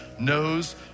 knows